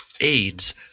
AIDS